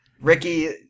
Ricky